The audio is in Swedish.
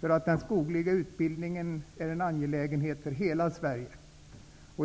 att den skogliga utbildningen är en angelägenhet för hela Sverige.